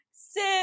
sit